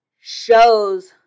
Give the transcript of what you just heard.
shows